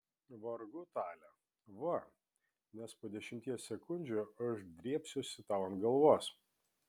vargu tale va nes po dešimties sekundžių aš drėbsiuosi tau ant galvos